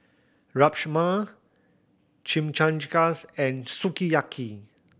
Rajma and Sukiyaki